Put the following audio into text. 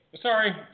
Sorry